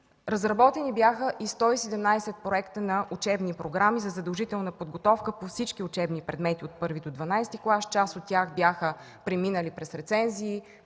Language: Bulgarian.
Разработени бяха и 117 проекта на учебни програми за задължителна подготовка по всички учебни предмети от І до ХІІ клас. Част от тях бяха преминали през рецензии,